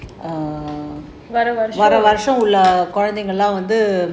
வர வருஷம்:vara varusham